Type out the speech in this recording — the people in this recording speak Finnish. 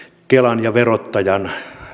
kelan ja verottajan